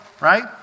right